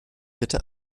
bitte